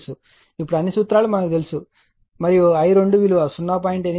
ఇప్పుడు అన్ని సూత్రాలు తెలుసు మరియు I2 విలువ 0